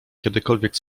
kiedykolwiek